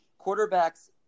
Quarterbacks